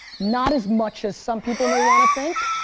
not as much as some people may want to think